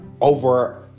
over